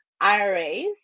IRAs